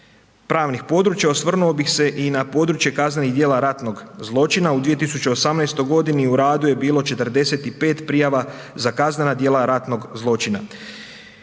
pravnih područja, osvrnuo bih se i na područje kaznenih djela ratnog zločina, u 2018. g. u radu je bilo 45 prijava za kaznena djela ratnog zločina.